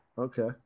Okay